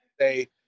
say